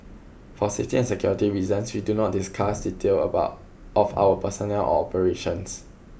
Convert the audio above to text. for safety and security reasons we do not discuss details about of our personnel or operations